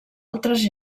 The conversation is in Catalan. altres